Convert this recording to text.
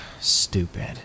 stupid